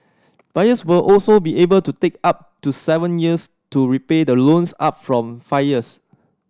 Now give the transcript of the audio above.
buyers will also be able to take up to seven years to repay the loans up from five years